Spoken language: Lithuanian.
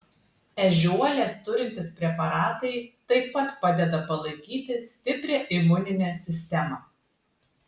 ežiuolės turintys preparatai taip pat padeda palaikyti stiprią imuninę sistemą